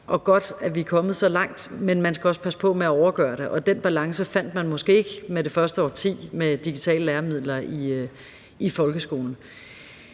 er godt, at vi er kommet så langt, men man skal også passe på med at overgøre det, og den balance fandt man måske ikke med det første årti med digitale læremidler i folkeskolen.